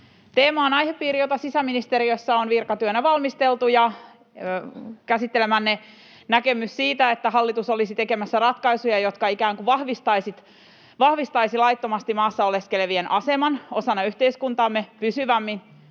teema on aihepiiri, jota sisäministeriössä on virkatyönä valmisteltu. Käsittelemänne näkemyksen mukaista esitystä siitä, että hallitus olisi tekemässä ratkaisuja, jotka ikään kuin vahvistaisivat laittomasti maassa oleskelevien aseman osana yhteiskuntaamme pysyvämmin,